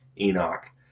Enoch